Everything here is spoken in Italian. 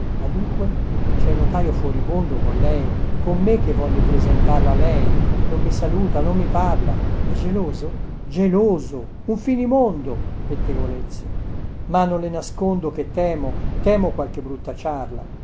ma dunque cè il notaio furibondo con lei con me che volli presentarla a lei non mi saluta non mi parla è geloso geloso un finimondo pettegolezzi ma non le nascondo che temo temo qualche brutta ciarla